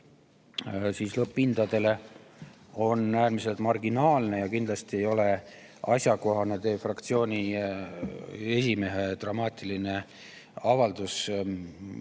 mõju lõpphindadele on äärmiselt marginaalne ja kindlasti ei ole asjakohane teie fraktsiooni esimehe dramaatiline avaldus õhtuses